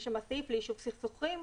יש סעיף ליישוב סכסוכים,